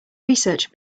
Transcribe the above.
research